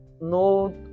no